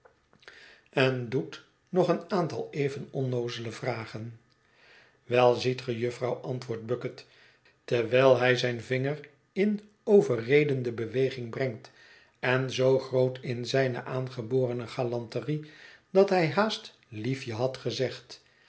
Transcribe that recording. en doet nog een aantal even onnoozele vragen wel ziet ge jufvrouw antwoordt bucket terwijl hij zijn vinger in overredende beweging brengt en zoo groot is zijne aangeborene galanterie dat hij haast liefje had gezegd